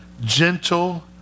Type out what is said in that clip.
gentle